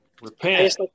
Repent